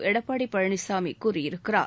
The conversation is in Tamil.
எடப்பாடி பழனிசாமி கூறியிருக்கிறார்